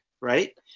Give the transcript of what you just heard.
right